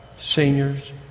Seniors